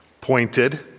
pointed